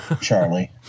Charlie